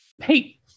Hey